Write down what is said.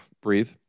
breathe